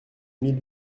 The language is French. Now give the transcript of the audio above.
mille